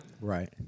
right